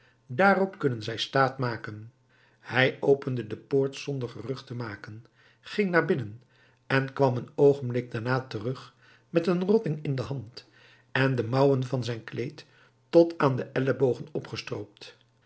daarop kunnen zij staat maken hij opende de poort zonder gerucht te maken ging naar binnen en kwam een oogenblik daarna terug met een rotting in de hand en de mouwen van zijn kleed tot aan de ellebogen opgestroopt